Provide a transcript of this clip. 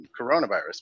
coronavirus